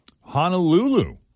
honolulu